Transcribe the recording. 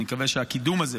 אני מקווה שהקידום הזה,